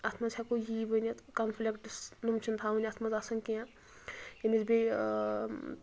اَتھ منٛز ہٮ۪کو یی ؤنِتھ کَنفِلِکٹٕس یِم چھنہٕ تھوٕنۍ اَتھ منٛزآسان کیٚنٛہہ ییٚمِس بیٚیہِ